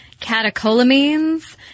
catecholamines